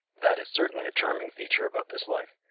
that is certainly a charming feature about this life.